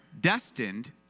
destined